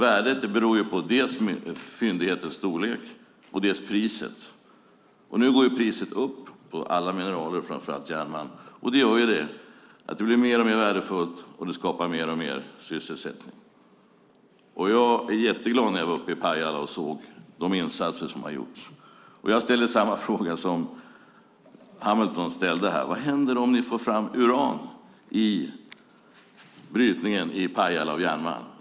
Värdet beror på dels fyndighetens storlek, dels priset. Nu går priset upp på alla mineraler, framför allt järnmalm. Det blir mer och mer värdefullt, och det skapar mer och mer sysselsättning. När jag var i Pajala blev jag glad när jag såg de insatser som har gjorts. Jag ställer samma fråga som Hamilton ställde här. Vad händer om man får fram uran vid brytningen av järnmalm i Pajala?